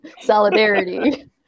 Solidarity